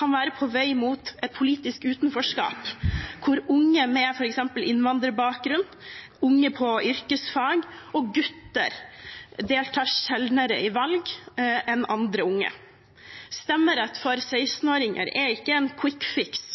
kan være på vei mot et politisk utenforskap, hvor unge med f.eks. innvandrerbakgrunn, unge på yrkesfag – og gutter – deltar sjeldnere i valg enn andre unge. Stemmerett for 16-åringer er ikke en kvikkfiks